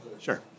Sure